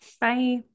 Bye